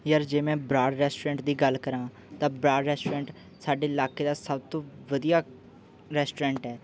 ਯਾਰ ਜੇ ਮੈਂ ਬਰਾੜ ਰੈਸਟੋਰੈਂਟ ਦੀ ਗੱਲ ਕਰਾਂ ਤਾਂ ਬਰਾੜ ਰੈਸਟੋਰੈਂਟ ਸਾਡੇ ਇਲਾਕੇ ਦਾ ਸਭ ਤੋਂ ਵਧੀਆ ਰੈਸਟੋਰੈਂਟ ਹੈ